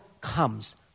comes